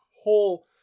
whole